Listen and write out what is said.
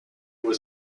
was